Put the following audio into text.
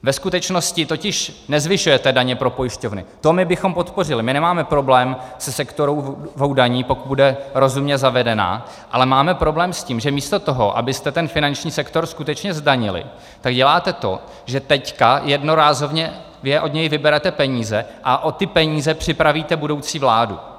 Ve skutečnosti totiž nezvyšujete daně pro pojišťovny, to my bychom podpořili, my nemáme problém se sektorovou daní, pokud bude rozumně zavedena, ale máme problém s tím, že místo toho, abyste finanční sektor skutečně zdanili, tak děláte to, že teď jednorázově od něj vyberete peníze a o ty peníze připravíte budoucí vládu.